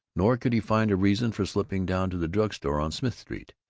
nor could he find a reason for slipping down to the drug store on smith street,